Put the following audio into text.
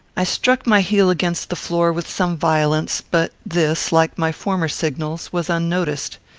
i struck my heel against the floor with some violence but this, like my former signals, was unnoticed.